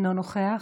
אינו נוכח,